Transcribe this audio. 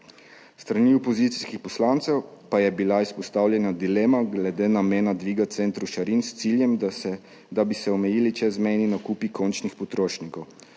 S strani opozicijskih poslancev pa je bila izpostavljena dilema glede namena dviga cen trošarin s ciljem, da bi se omejili čezmejni nakupi končnih potrošnikov.